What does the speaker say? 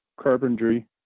carpentry